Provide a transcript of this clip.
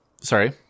Sorry